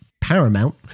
paramount